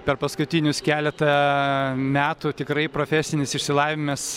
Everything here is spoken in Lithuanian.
per paskutinius keletą metų tikrai profesinis išsilavimes